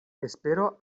espero